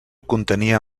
contenia